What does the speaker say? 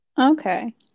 Okay